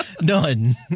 None